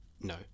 no